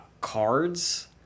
cards